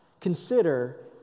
Consider